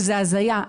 שזה הזיה.